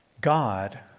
God